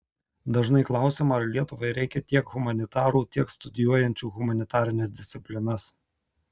dažnai klausiama ar lietuvai reikia tiek humanitarų tiek studijuojančių humanitarines disciplinas